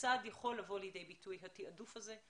כיצד יכול לבוא לידי ביטוי התעדוף הזה,